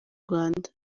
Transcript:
rwanda